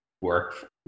work